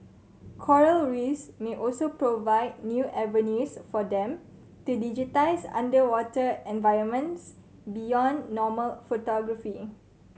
Coral Reefs may also provide new avenues for them to digitise underwater environments beyond normal photography